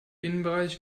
innenbereich